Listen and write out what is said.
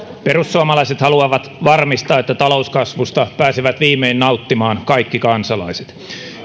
perussuomalaiset haluavat varmistaa että talouskasvusta pääsevät viimein nauttimaan kaikki kansalaiset